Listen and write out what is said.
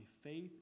faith